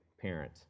parent